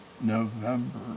November